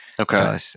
Okay